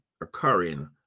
occurring